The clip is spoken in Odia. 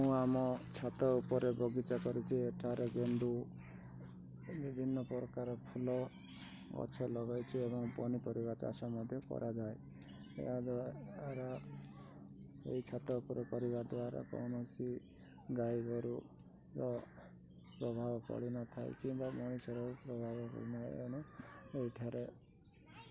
ମୁଁ ଆମ ଛାତ ଉପରେ ବଗିଚା କରିଛି ଏଠାରେ ଗେଣ୍ଡୁ ବିଭିନ୍ନ ପ୍ରକାର ଫୁଲ ଗଛ ଲଗାଇଛି ଏବଂ ପନିପରିବା ଚାଷ ମଧ୍ୟ କରାଯାଏ ଏହାଦ୍ୱାରା ଏହି ଛାତ ଉପରେ କରିବା ଦ୍ୱାରା କୌଣସି ଗାଈ ଗୋରୁ ପ୍ରଭାବ ପଡ଼ିନଥାଏ କିମ୍ବା ମଣିଷର ପ୍ରଭାବ ପଡ଼ିନଥାଏ ଏଣୁ ଏଠାରେ